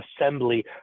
assembly